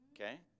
Okay